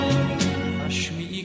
Ashmi